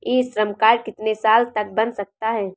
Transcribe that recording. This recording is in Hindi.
ई श्रम कार्ड कितने साल तक बन सकता है?